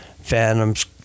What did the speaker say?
phantoms